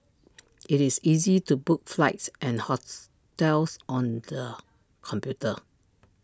IT is easy to book flights and hotels on the computer